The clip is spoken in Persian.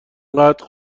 انقدر